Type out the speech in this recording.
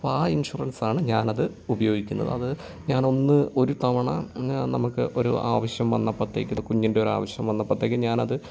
അപ്പം ആ ഇൻഷുറൻസാണ് ഞാനത് ഉപയോഗിക്കുന്നത് അത് ഞാനൊന്ന് ഒരു തവണ ന നമുക്ക് ഒരു ആവശ്യം വന്നപത്തേക്കിനു കുഞ്ഞിൻ്റെ ഒരാവശ്യം വന്നപ്പത്തേക്കും ഞാനത്